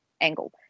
angle